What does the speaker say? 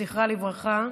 זכרה לברכה.